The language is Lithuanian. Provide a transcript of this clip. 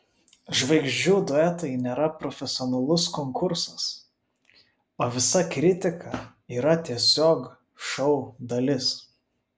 žvaigždžių duetai nėra profesionalus konkursas o visa kritika yra tiesiog šou dalis